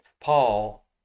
Paul